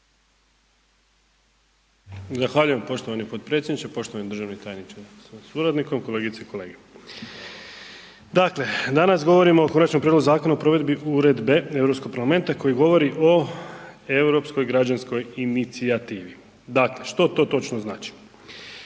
Zahvaljujem poštovani potpredsjedniče, poštovani državni tajniče sa suradnikom, kolegice i kolege, dakle danas govorimo o Konačnom prijedlogu zakona o provedbi Uredbe Europskog parlamenta koji govori o Europskoj građanskoj inicijativi. Dakle, što to točno znači?